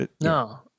No